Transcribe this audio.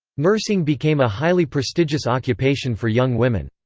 nursing became a highly prestigious occupation for young women.